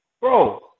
Bro